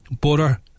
butter